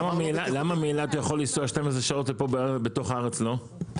למה מאילת אתה יכול לנסוע 12 שעות ופה בתוך הארץ לא?